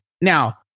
now